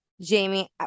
Jamie